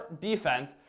defense